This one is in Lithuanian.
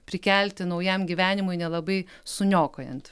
prikelti naujam gyvenimui nelabai suniokojant